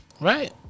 Right